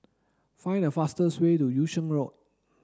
find the fastest way to Yung Sheng Road